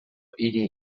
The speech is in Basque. hiri